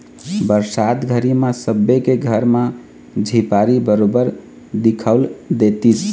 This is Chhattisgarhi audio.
बरसात घरी म सबे के घर म झिपारी बरोबर दिखउल देतिस